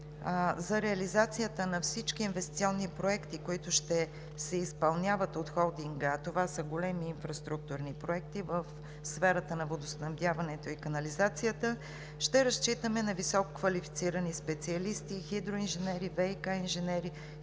за реализацията на всички инвестиционни проекти, които ще се изпълняват от холдинга, това са големи инфраструктурни проекти в сферата на водоснабдяването и канализацията, разчитаме на висококвалифицирани специалисти – хидроинженери, ВиК инженери,